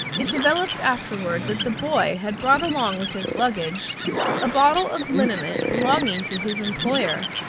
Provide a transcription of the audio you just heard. it developed afterward that the boy had brought along with his luggage a bottle of liniment belonging to his employer.